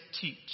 teach